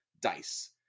dice